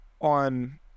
on